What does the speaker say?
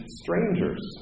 strangers